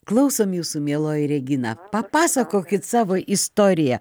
klausom jūsų mieloji regina papasakokit savo istoriją